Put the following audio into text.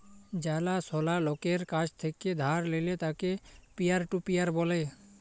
জালা সলা লকের কাছ থেক্যে ধার লিলে তাকে পিয়ার টু পিয়ার ব্যলে